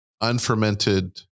unfermented